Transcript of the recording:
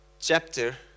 chapter